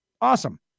awesome